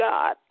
God